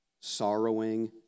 sorrowing